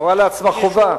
רואה לעצמה חובה